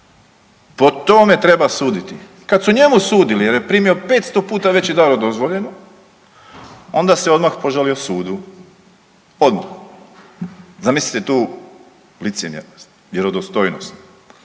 Po tome treba suditi. Kad su njemu sudili jer je primio 500 puta veći dar od dozvoljenog onda se odmah požalio sudu, odmah. Zamislite tu licemjernost, vjerodostojnost,